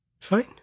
Fine